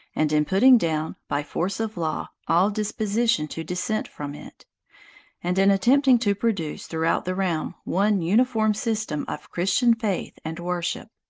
and in putting down, by force of law, all disposition to dissent from it and in attempting to produce, throughout the realm, one uniform system of christian faith and worship.